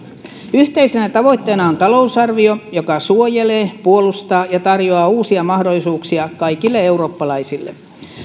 yhteisenä tavoitteena on talousarvio joka suojelee puolustaa ja tarjoaa uusia mahdollisuuksia kaikille eurooppalaisille